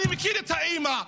אני מכיר את האימא,